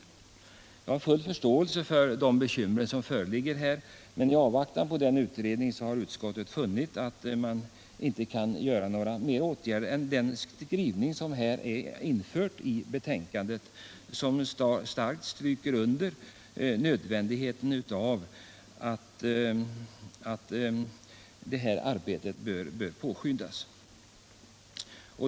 Jag har alltså full förståelse för de bekymmer som föreligger, men utskottet har funnit att man — i avvaktan på utredningens resultat — inte kan göra mer än att ställa sig bakom den skrivning som finns i betänkandet, där vi starkt understryker nödvändigheten av att detta arbete påskyndas.